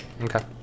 Okay